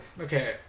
okay